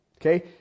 Okay